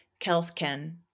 Kelsken